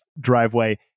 driveway